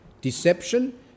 deception